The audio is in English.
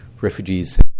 refugees